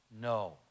No